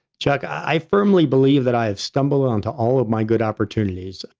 chuck, i firmly believe that i stumbled onto all of my good opportunities.